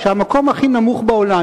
שהמקום הכי נמוך בעולם,